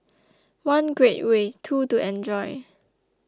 one great way two to enjoy